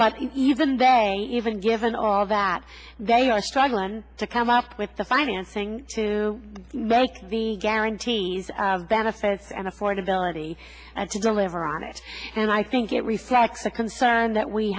but even they even given all that they are struggling to come up with the financing to make the guarantees of benefits and affordability and to deliver on it and i think it reflects a concern that we